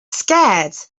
scared